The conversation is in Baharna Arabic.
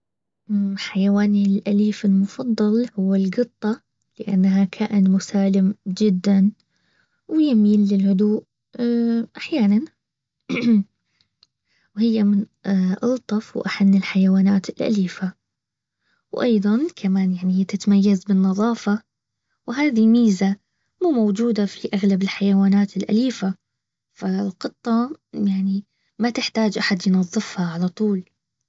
حيواني الاليف المفضل هو القطة. لانها كائن مسالم جدا. ويميل للهدوء احيانا. وهي من الطف واحن الحيوانات الاليفة، وايضا كمان هي تتميز بالنظافة وهذي ميزة مو موجودة في اغلب الحيوانات الاليفة. فالقطة يعني ما تحتاج احد ينظفها على طول